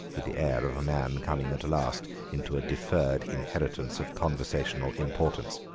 with the air of a man coming at last into a deferred inheritance of conversational importance,